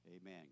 Amen